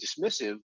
dismissive